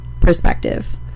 perspective